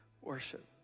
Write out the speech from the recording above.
Worship